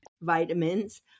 vitamins